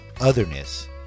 otherness